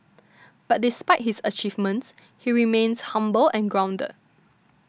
but despite his achievements he remains humble and grounded